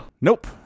Nope